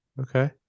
Okay